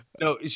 no